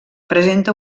presenta